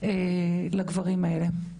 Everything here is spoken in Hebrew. לגברים האלה.